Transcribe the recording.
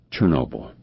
Chernobyl